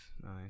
nice